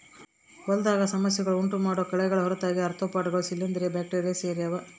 ಹೊಲದಾಗ ಸಮಸ್ಯೆ ಉಂಟುಮಾಡೋ ಕಳೆಗಳ ಹೊರತಾಗಿ ಆರ್ತ್ರೋಪಾಡ್ಗ ಶಿಲೀಂಧ್ರ ಬ್ಯಾಕ್ಟೀರಿ ಸೇರ್ಯಾವ